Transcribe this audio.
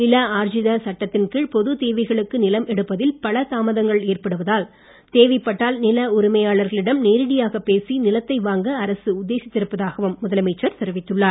நில ஆர்ஜித சட்டத்தின்கீழ் பொதுத் தேவைகளுக்கு நிலம் எடுப்பதில் பல தாமதங்கள் ஏற்படுவதால் தேவைப்பட்டால் நில உரிமையாளர்களிடம் நேரடியாகப் பேசி நிலத்தை வாங்க அரசு உத்தேசித்திருப்பதாகவும் முதலமைச்சர் தெரிவித்துள்ளார்